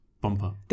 bumper